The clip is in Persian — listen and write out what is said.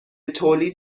تولید